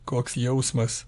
koks jausmas